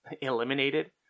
eliminated